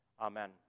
amen